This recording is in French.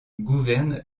gouvernent